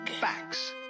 facts